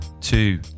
Two